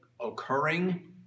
occurring